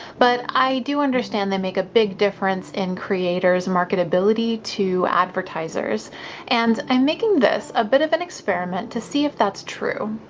but i do understand they make a big difference in a creators' marketability to advertisers and i'm making this a bit of an experiment to see if that's true.